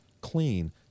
clean